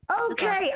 Okay